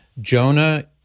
Jonah